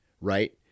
Right